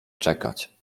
czekać